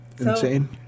Insane